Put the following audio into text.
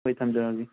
ꯍꯣꯏ ꯊꯝꯖꯔꯒꯦ